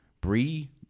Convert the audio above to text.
Bree